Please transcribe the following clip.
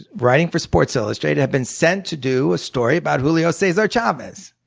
writing for sports illustrated had been sent to do a story about julio cesar chavez.